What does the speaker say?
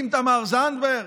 עם תמר זנדברג,